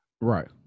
Right